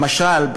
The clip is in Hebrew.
למשל,